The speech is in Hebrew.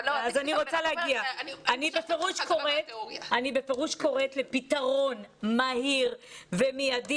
אני בפירוש קוראת לפתרון מהיר ומידי,